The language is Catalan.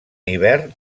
hivern